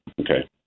Okay